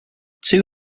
two